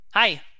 Hi